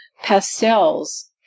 Pastels